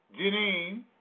Janine